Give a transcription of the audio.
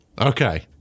okay